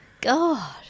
God